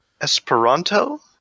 Esperanto